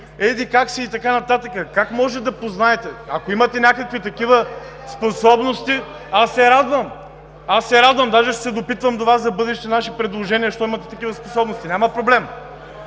еди-как си и така нататък. Как може да познаете? Ако имате някакви такива способности, аз се радвам. Даже ще се допитвам до Вас за бъдещи наши предложения, щом имате такива способности. Няма проблем.